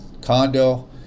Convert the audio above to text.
condo